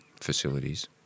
facilities